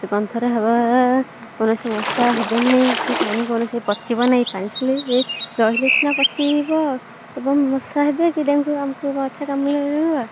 ସେ ଗନ୍ଧର ହାୱା କୌଣସି ମଶା ହେବେ ନେହିଁ କି ପାଣି କୌଣସି ପଚିବ ନାହିଁ ପାଣି ଶୁଖିଲେ ରହିଲେ ସିନା ପଚିବ ଏବଂ ମଶା ହେବେ କି ଡେଙ୍ଗୁ ଆମକୁ ମଶା କାମୁଡ଼ିଲେ ହେବ